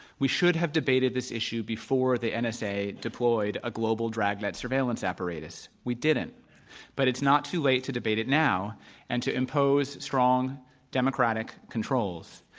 we should have debated this issue before the and nsa deployed a global dragnet surveillance apparatus. we didn't but it's not too late to debate it now and to impose strong democratic controls.